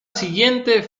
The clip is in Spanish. siguiente